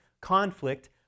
conflict